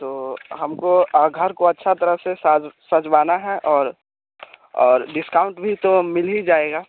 तो हमको घर को अच्छी तरह से साज सजाना है और और डिस्काउंट भी तो मिल ही जाएगा